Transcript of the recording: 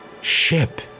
ship